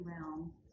realm